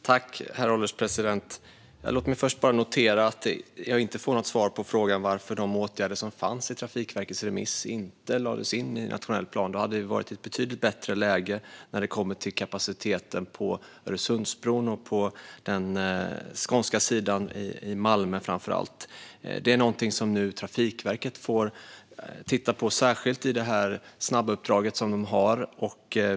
Herr ålderspresident! Låt mig först notera att jag inte får något svar på frågan varför de åtgärder som fanns i Trafikverkets remiss inte lades in i den nationella planen. Då hade vi varit i ett betydligt bättre läge beträffande kapaciteten på Öresundsbron, framför allt på den skånska sidan, i Malmö. Det är någonting som Trafikverket nu får titta på särskilt i det snabbuppdrag som de har.